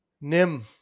Nim